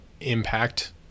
impact